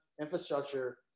infrastructure